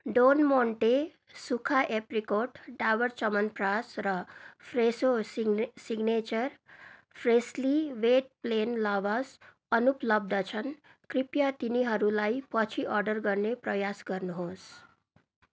डोन Monte सुक्खा apricot Dabur Chyawanprash र Fresho सिग्ने signature freshly baked plain lavash अनुपलब्ध छन् कृपया तिनीहरूलाई पछि अर्डर गर्ने प्रयास गर्नुहोस्